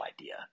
idea